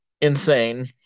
insane